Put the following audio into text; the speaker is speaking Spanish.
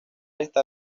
está